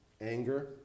Anger